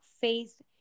faith